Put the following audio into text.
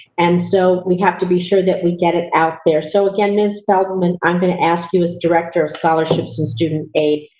and so, we have to be sure that we get it out there. so, again, ms. feldman, i'm going to ask you as director of scholarships and student aid,